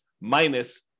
minus